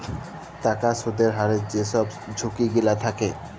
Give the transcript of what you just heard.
টাকার সুদের হারের যে ছব ঝুঁকি গিলা থ্যাকে